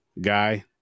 guy